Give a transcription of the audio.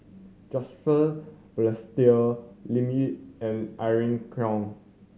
Joseph Balestier Lim Yau and Irene Khong